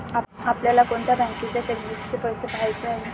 आपल्याला कोणत्या बँकेच्या चेकबुकचे पैसे पहायचे आहे?